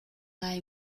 lai